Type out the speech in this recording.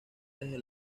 desde